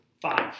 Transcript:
Five